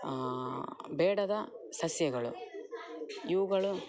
ಬೇಡದ ಸಸ್ಯಗಳು ಇವುಗಳು